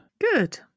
Good